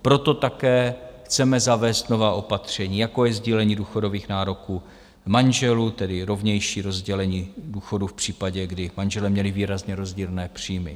Proto také chceme zavést nová opatření, jako je sdílení důchodových nároků manželů, tedy rovnější rozdělení důchodů v případě, kdy manželé měli výrazně rozdílné příjmy.